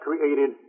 created